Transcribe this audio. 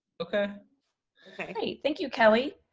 okay okay, thank you, kelli.